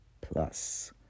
Plus